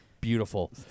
beautiful